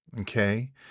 okay